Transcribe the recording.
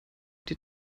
die